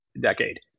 decade